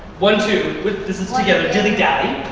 one, two, this is together, dilly-dally.